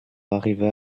arrivera